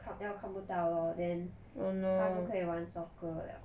看要看不到 lor then 他不可以玩 soccer 了